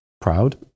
proud